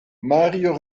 mario